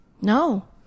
no